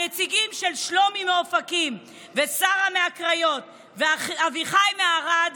הנציגים של שלומי מאופקים ושרה מהקריות ואביחי מערד